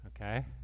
okay